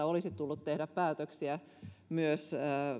olisi tullut tehdä päätöksiä myös